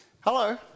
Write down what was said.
Hello